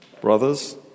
Brothers